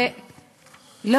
האם אפשר לקבוע מפתח לייצוג הולם,